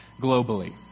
globally